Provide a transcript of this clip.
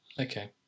Okay